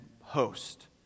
host